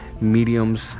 mediums